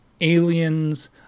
aliens